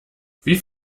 wie